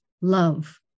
love